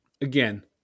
Again